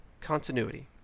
Continuity